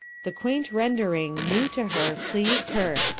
the quaint rendering new to her pleased her,